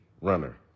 Runner